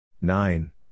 Nine